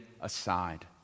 aside